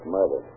Murder